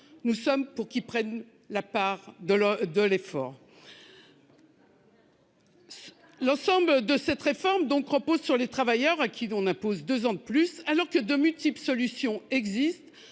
Nous sommes pour qu'il prenne la part de la, de l'effort. La somme de cette réforme donc repose sur les travailleurs à qui on impose 2 ans de plus alors que de multiples solutions existent